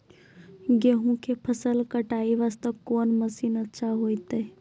गेहूँ के फसल कटाई वास्ते कोंन मसीन अच्छा होइतै?